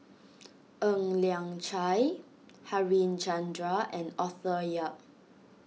Ng Liang Chiang Harichandra and Arthur Yap